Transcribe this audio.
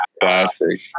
classic